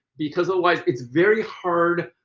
because otherwise it's very hard,